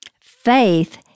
Faith